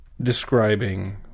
Describing